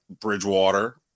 Bridgewater